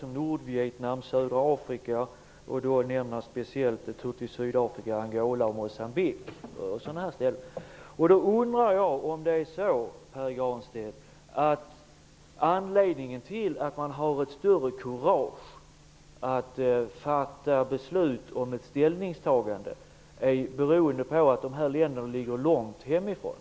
Det gäller då Nordvietnam och Södra Afrika. Speciellt nämner han Angola och Moçambique. Jag undrar om anledningen till att man har mera kurage att fatta beslut om ett ställningstagande beror på att det gäller länder som ligger långt hemifrån.